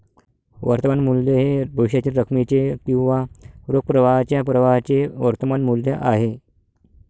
वर्तमान मूल्य हे भविष्यातील रकमेचे किंवा रोख प्रवाहाच्या प्रवाहाचे वर्तमान मूल्य आहे